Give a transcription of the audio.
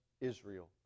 Israel